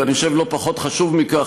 ואני חושב שזה לא פחות חשוב מכך,